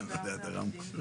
שנצמיד שוטר לכל מהנדס עיר?